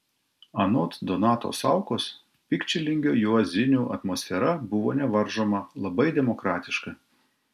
anot donato saukos pikčilingio juozinių atmosfera buvo nevaržoma labai demokratiška